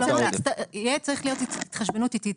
תהיה שצריכה להיות התחשבנות עיתית.